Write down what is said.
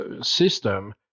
system